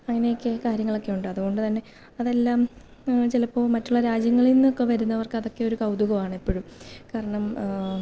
അങ്ങനെയൊക്കെ കാര്യങ്ങളൊക്കെ ഉണ്ട് അതുകൊണ്ടുതന്നെ അതെല്ലാം ചിലപ്പോള് മറ്റുള്ള രാജ്യങ്ങളിൽ നിന്നൊക്കെ വരുന്നവർക്കതൊക്കെ ഒരു കൗതുകമാണെപ്പോഴും കാരണം